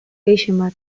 gehienbat